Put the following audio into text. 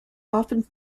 often